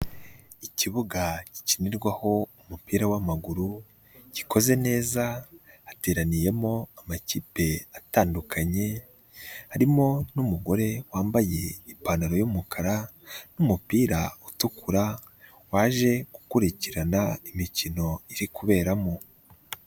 Ikibuga gikinirwaho umupira w'amaguru, gikoze neza hateraniyemo amakipe atandukanye, harimo n'umugore wambaye ipantaro y'umukara, n'umupira utukura, waje gukurikirana imikino iri kuberamo.